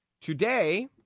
Today